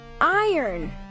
Iron